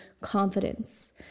confidence